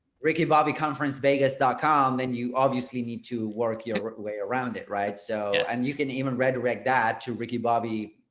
ricky bobby conference vegas calm then you obviously need to work your way around it right. so and you can even read reg that to ricky bobby.